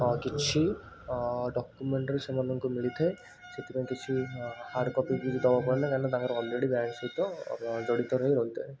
ଓ କିଛି ଡକ୍ୟୁମେଣ୍ଟ୍ରେ ସେମାନଙ୍କୁ ମିଳିଥାଏ ସେଥିପାଇଁ କିଛି ହାର୍ଡ଼ କପି କିଛି ଦେବାକୁ ପଡ଼େନା କାଇଁନା ତାଙ୍କର ଅଲରେଡ଼ି ବ୍ୟାଙ୍କ୍ ସହିତ ଜଡ଼ିତ ହୋଇ ରହିଥାଏ